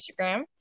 Instagram